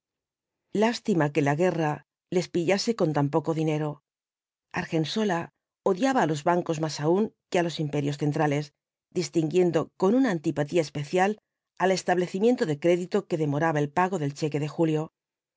lástima que la guerra les pillase con tan poco dinero argensola odiaba á los bancos más aún que á los imperios centrales distinguiendo con una antipatía especial al establecimiento de crédito que demoraba el pago del cheque de julio tan